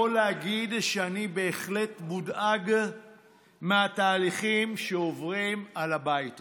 אני יכול להגיד שאני בהחלט מודאג מהתהליכים שעוברים על הבית הזה,